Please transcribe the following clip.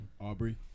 Aubrey